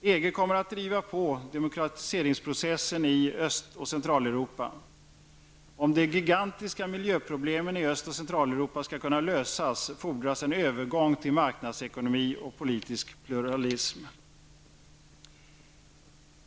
EG kommer att driva på demokratiseringsprocessen i Öst och Öst och Centraleuropa skall kunna lösas fordras en övergång till marknadsekonomi och politisk pluralism.